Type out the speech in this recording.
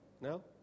No